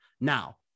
Now